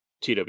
tw